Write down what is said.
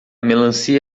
melancia